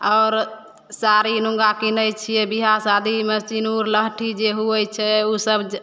आओर साड़ी नुँआ कीनै छियै विवाह शादीमे सिनूर लहठी जे होइ छै ओसब जे